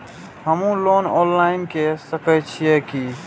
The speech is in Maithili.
हमू लोन ऑनलाईन के सके छीये की?